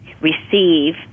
receive